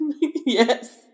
Yes